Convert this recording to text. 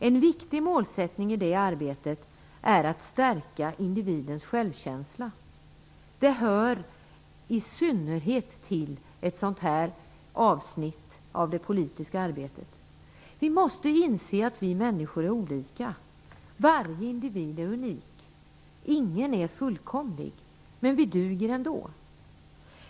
En viktig målsättning i det arbetet är att stärka individens självkänsla. Det hör i synnerhet till ett sådant här avsnitt av det politiska arbetet. Vi måste inse att vi människor är olika. Varje individ är unik. Ingen är fullkomlig, men vi duger ändå.